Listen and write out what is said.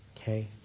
Okay